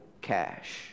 cash